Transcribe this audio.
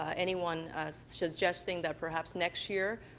anyone suggesting that perhaps next year,